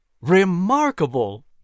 Remarkable